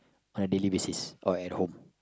on a daily basis or at home